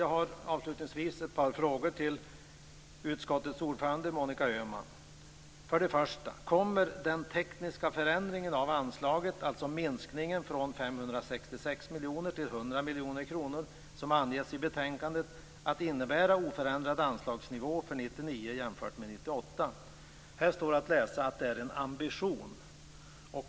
Jag har avslutningsvis ett par frågor till utskottets ordförande Monica Öhman: Kommer för det första den tekniska förändringen av anslaget, alltså minskningen från 566 miljoner kronor till 100 miljoner kronor, som anges i betänkandet, att innebära oförändrad anslagsnivå för 1999 jämfört med 1998? Det står att läsa att det är en ambition.